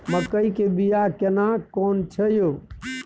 मकई के बिया केना कोन छै यो?